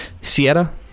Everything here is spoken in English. Sierra